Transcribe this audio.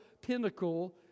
pinnacle